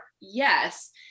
yes